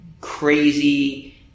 crazy